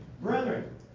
Brethren